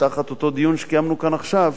שתחת אותו דיון שקיימנו כאן עכשיו